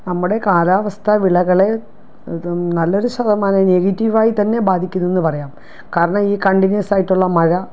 നമ്മുടെ കാലാവസ്ഥ വിളകൾ നല്ലൊരു ശതമാനം നെഗറ്റീവായിത്തന്നെ ബാധിക്കുന്നുവെന്നു പറയാം കാരണം ഈ കണ്ടിന്യുവസായിട്ടുള്ള മഴ